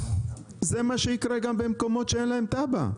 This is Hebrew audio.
זה מה שיקרה גם במקומות שאין להם תב"ע.